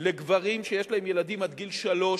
לגברים שיש להם ילדים עד גיל שלוש.